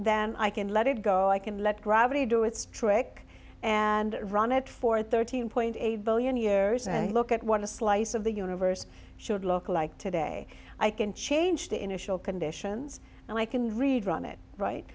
then i can let it go i can let gravity do its trick and run it for thirteen point eight billion years and look at what a slice of the universe should look like today i can change the initial conditions and i can read run it right